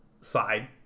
side